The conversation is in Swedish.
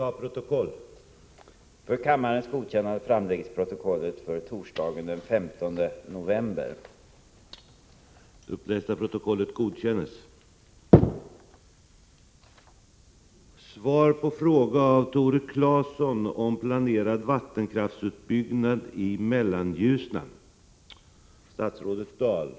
Vad anser regeringen om kraftindustrins erbjudande till kommuner om stora ekonomiska ersättningar om man avstår från att gå emot utbyggnad av mycket kontroversiella älvsträckor?